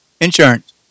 insurance